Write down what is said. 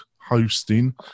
hosting